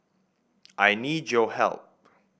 I need your help